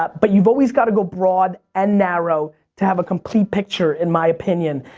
ah but you've always gotta go broad and narrow to have a complete picture, in my opinion,